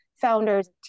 founders